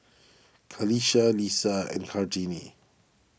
Qalisha Lisa and Kartini